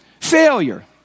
failure